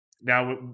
now